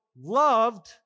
loved